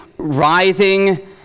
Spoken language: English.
writhing